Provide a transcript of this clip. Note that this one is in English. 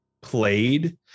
played